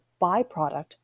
byproduct